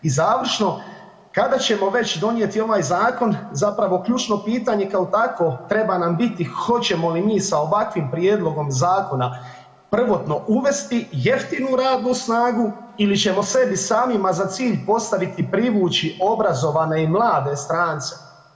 I završno, kada ćemo donijeti ovaj zakon, zapravo ključno pitanje kao takvo treba nam biti hoćemo li mi sa ovakvim prijedlogom zakona, prvotno uvesti jeftinu radnu snagu ili ćemo sebi samima za cilj postaviti, privući obrazovane i mlade strance?